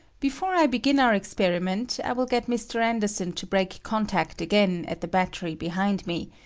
before i begin our experiment i will get mr. anderson to break contact again at the battery behind me,